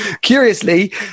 curiously